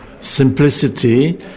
simplicity